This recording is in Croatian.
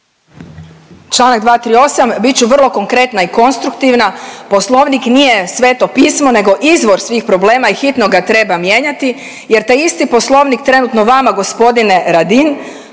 Čl. 238., bit ću vrlo konkretna i konstruktivna. Poslovnik nije Sveto Pismo nego izvor svih problema i hitno ga treba mijenjati jer taj isti poslovnik trenutno vama g. Radin